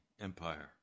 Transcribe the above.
empire